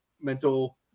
mental